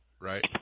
Right